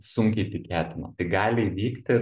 sunkiai tikėtina tai gali įvykti